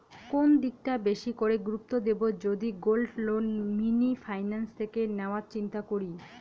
কোন দিকটা বেশি করে গুরুত্ব দেব যদি গোল্ড লোন মিনি ফাইন্যান্স থেকে নেওয়ার চিন্তা করি?